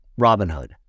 Robinhood